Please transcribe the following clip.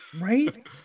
Right